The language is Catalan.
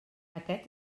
aquest